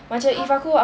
!huh!